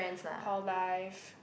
hall life